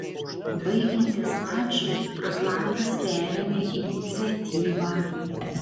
baigiantis mačui atlantas perėmė iniciatyvą